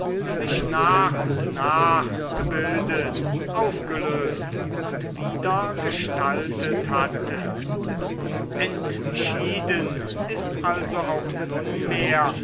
sich nach und nach gebildet aufgelöst und wieder gestaltet hatte entschieden ist also auch nunmehr